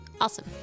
Awesome